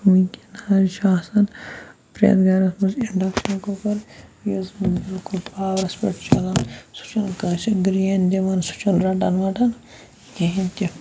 وٕنکیٚن حظ چھِ آسان پرٛٮ۪تھ گَرَس منٛز اِنڈَکشَن کُکَر یُس زَن بالکل پاورَس پٮ۪ٹھ چھُ چَلان سُہ چھُنہٕ کٲنٛسہِ گرٛین دِوان سُہ چھُنہٕ رَٹان وَٹان کِہیٖنۍ تہِ